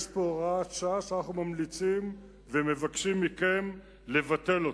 יש פה הוראת שעה שאנחנו ממליצים ומבקשים מכם לבטל אותה.